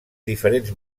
diferents